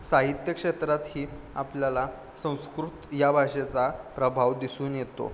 साहित्य क्षेत्रात ही आपल्याला संस्कृत या भाषेचा प्रभाव दिसून येतो